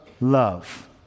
love